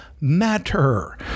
matter